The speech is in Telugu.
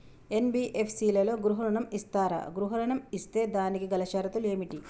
ఎన్.బి.ఎఫ్.సి లలో గృహ ఋణం ఇస్తరా? గృహ ఋణం ఇస్తే దానికి గల షరతులు ఏమిటి?